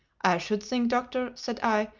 i should think, doctor, said i,